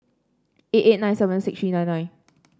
eight eight nine seven six three nine nine